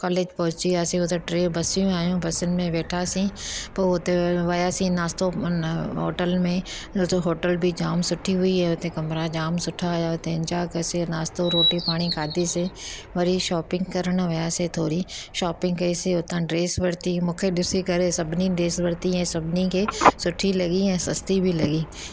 college पहुची वयासीं हुते टे बसियूं आहियूं बसियुनि में वेठासीं पोइ उते वयासीं नास्तो होटल में हुते होटल बि जाम सुठी हुई ऐं हुते कमिरा जाम सुठा हुआ हुते इंजोय कयोसीं नास्तो रोटी पाणी खाधीसीं वरी शॉपिंग करणु वयासीं थोरी शॉपिंग कईसीं उतां ड्रेस वरिती मूंखे ॾिसी करे सभिनी ड्रेस वरिती ऐं सभिनि खे सुठी लॻी ऐं सस्ती बि लॻी